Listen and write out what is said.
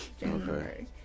January